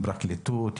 פרקליטות,